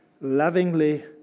lovingly